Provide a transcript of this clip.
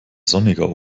sonniger